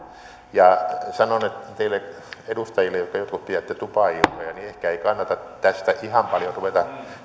ja sanon teille edustajille jotka jotka pidätte tupailtoja että ehkä ei kannata tästä ihan paljon ruveta